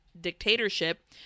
Dictatorship